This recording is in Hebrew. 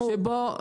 ברור.